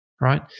right